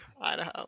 idaho